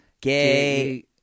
Gay